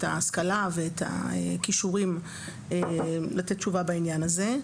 את ההשכלה ואת הכישורים לתת תשובה בעניין הזה,